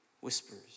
whispers